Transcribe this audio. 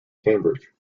cambridge